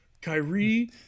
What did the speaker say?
Kyrie